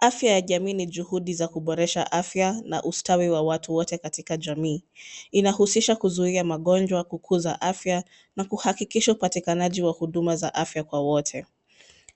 Afya ya jamii ni juhudi za kuboresha afya na ustawi wa watu wote katika jamii. Inahusisha kuzuia magonjwa, kukuza afya na kuhakikisha upatikanaji wa huduma za afya kwa wote.